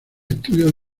estudios